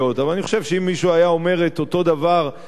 אבל אני חושב שאם מישהו היה אומר את אותו דבר על